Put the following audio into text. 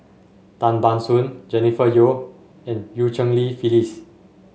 Tan Ban Soon Jennifer Yeo and Eu Cheng Li Phyllis